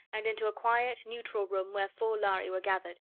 and into a quiet, neutral room where four lhari were gathered.